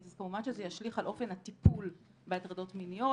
אז כמובן שזה ישליך על אופן הטיפול בהטרדות מיניות,